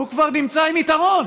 הוא כבר נמצא עם יתרון.